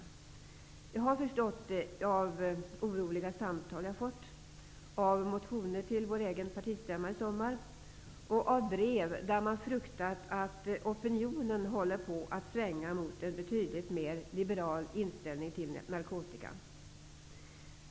Det har jag förstått av oroliga samtal, av motioner till vår egen partistämma i sommar, och av brev som jag har fått. Man fruktar att opinionen håller på att svänga mot en betydligt mer liberal inställning till narkotika.